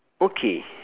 okay